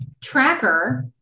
tracker